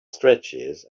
stretches